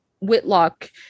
whitlock